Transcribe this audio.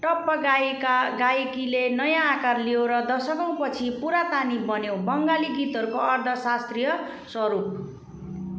टप्पा गायिका गायकीले नयाँ आकार लियो र दशकौँपछि पुरातानी बन्यो बङ्गाली गीतहरूको अर्ध शास्त्रीय स्वरूप